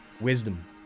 wisdom